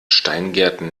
steingärten